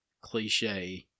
cliche